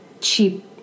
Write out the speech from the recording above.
cheap